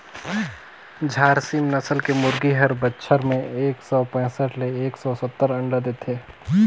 झारसीम नसल के मुरगी हर बच्छर में एक सौ पैसठ ले एक सौ सत्तर अंडा देथे